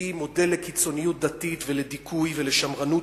שהיא מודל לקיצוניות דתית ולדיכוי ולשמרנות,